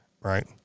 Right